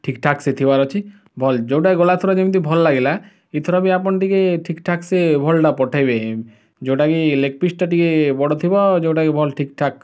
ଠିକ ଠାକ ସେ ଥିବାର ଅଛି ଭଲ ଯେଉଁଟା କି ଗଲା ଥର ଯେମିତି ଭଲ ଲାଗିଲା ଏଇଥର ବି ଆପଣ ଟିକେ ଠିକ ଠାକ ସେ ଭଲଟା ପଠେଇବେ ଯେଉଁଟା କି ଲେଗ୍ ପିସ୍ଟା ଟିକେ ବଡ଼ ଥିବ ଆଉ ଯେଉଁଟା କି ଠିକ ଠାକ